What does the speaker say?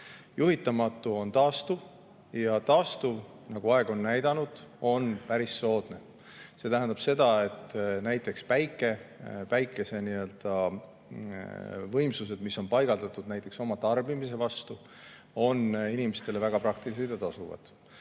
Juhitamatu on taastuv. Taastuv, nagu aeg on näidanud, on päris soodne. See tähendab seda, et näiteks päikesevõimsused, mis on paigaldatud oma tarbimise vastu, on inimestele väga praktilised ja tasuvad.